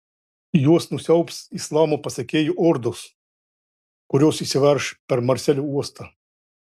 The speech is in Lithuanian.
juos nusiaubs islamo pasekėjų ordos kurios įsiverš per marselio uostą